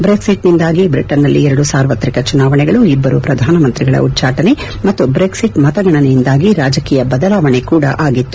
ಬ್ರೆಕ್ಟಿಟ್ನಿಂದಾಗಿ ಬ್ರಿಟನ್ನಲ್ಲಿ ಎರಡು ಸಾರ್ವತ್ರಿಕ ಚುನಾವಣೆಗಳು ಇಬ್ಲರು ಶ್ರಧಾನ ಮಂತ್ರಿಗಳ ಉಚ್ಬಾಟನೆ ಮತ್ತು ಪ್ರೆಕ್ಷಟ್ ಮತಗಣನೆಯಿಂದಾಗಿ ರಾಜಕೀಯ ಬದಲಾವಣೆ ಕೂಡ ಆಗಿತ್ತು